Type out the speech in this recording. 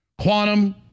quantum